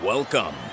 Welcome